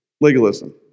Legalism